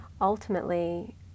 ultimately